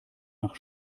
nach